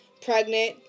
pregnant